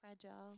Fragile